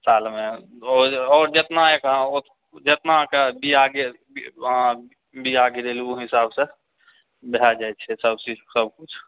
सालमे आओर जेतना अखन जेतनाके बिआ बिआ गिरेलु ओहि हिसाबसँ भए जाइत छै सभकिछु सभकिछु